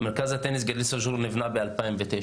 מרכז הטניס גליל סאג'ור נבנה ב-2009.